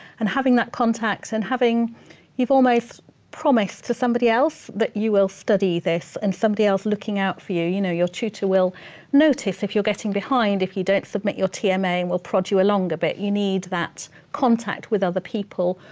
and having that context and having you've almost promised to somebody else that you will study this and somebody else looking out for you. you know your tutor will notice if you're getting behind, if you don't submit your tma yeah um and will prod you along a bit. you need that contact with other people.